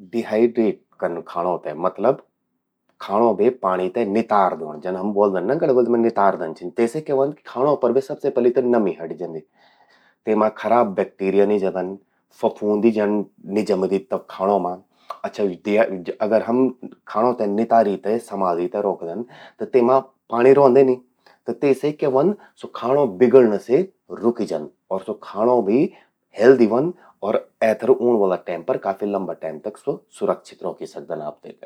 डिहाइड्रेट कन खाणों ते...मतलब खाणों बे पाणि ते नितार द्योंण। जन हम ब्लोदन न गढ़वलि मां नितारदन। तेसे क्या ह्वंद कि खाणों पर बे सबसे पलि त नमी हटि जंदि। तेमा खराब बैक्टीरिया नि जंदन, फफूंदी जन नि जमदि तब खाणों मां। अच्छा अगर हम खाणों ते नितारी से संभाली ते रौखदन त तेमां पाणि रौंदे नी। त तेसे क्या ह्वंद स्वो खाणों बिगण्णं से रुकी जंद। स्वो खाणों भी हेल्दी ह्वंद अर एथर ऊंण वला टैम पर काफी लंबा टैम तक स्वो सुरक्षित रौखी सकदन आप तेते।